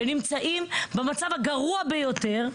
שנמצאים במצב הגרוע ביותר,